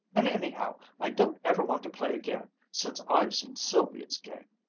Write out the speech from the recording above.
and anyhow, i don't ever want to play again, since i've seen sylvia's game.